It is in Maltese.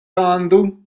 għandu